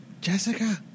Jessica